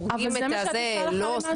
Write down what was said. --- אבל זה מה שאת עושה הלכה למעשה.